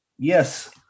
Yes